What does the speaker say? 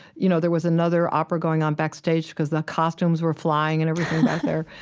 you know, there was an other opera going on backstage because the costumes were flying and everything back there.